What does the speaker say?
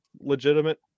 legitimate